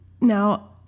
now